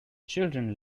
children